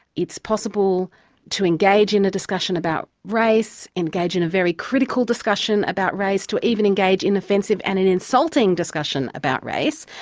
it's possible to engage in a discussion about race, engage in a very critical discussion about race, to even engage in offensive and an insulting discussion about race,